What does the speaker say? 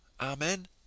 Amen